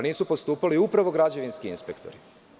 Nisu postupali upravno građevinski inspektori.